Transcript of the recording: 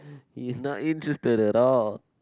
is not interested at all